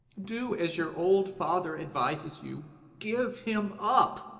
do as your old father advises you give him up!